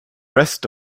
rest